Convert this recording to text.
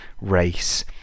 race